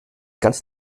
ganz